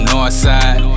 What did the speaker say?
Northside